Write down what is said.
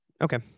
Okay